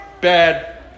bad